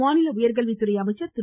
மாநில உயர்கல்வித்துறை அமைச்சர் திரு